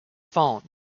phone